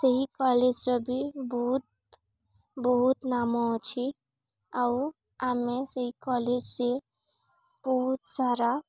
ସେହି କଲେଜ୍ର ବି ବହୁତ ବହୁତ ନାମ ଅଛି ଆଉ ଆମେ ସେହି କଲେଜ୍ରେ ବହୁତ ସାରା